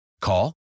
Call